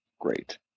great